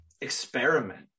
Experiment